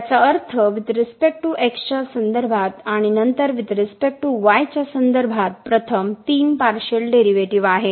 याचा अर्थ with respect to x च्या संदर्भात आणि नंतर वुईथ रिस्पेक्ट टू y च्या संदर्भात प्रथम तीन पार्शिअल डेरीवेटीव आहे